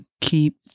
keep